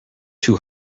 two